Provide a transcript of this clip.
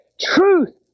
Truth